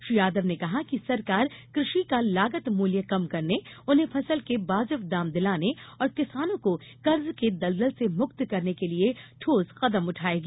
श्री यादव ने कहा कि सरकार कृषि का लागत मूल्य कम करने उन्हें फसल के वाजिब दाम दिलाने और किसानों को कर्ज के दलदल से मुक्त करने के लिये ठोस कदम उठाएगी